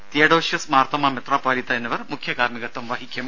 Theodosius Marthoma മെത്രാപ്പൊലീത്താ എന്നിവർ മുഖ്യ കാർമ്മികത്വം വഹിക്കും